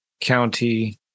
County